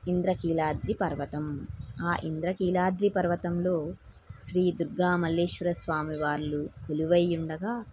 ఇంద్రకీలాద్రి పర్వతం ఆ ఇంద్రకీలాద్రి పర్వతంలో శ్రీ దుర్గా మల్లేశ్వర స్వామివార్లు కొలువై ఉండగా